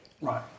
Right